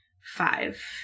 Five